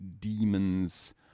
demons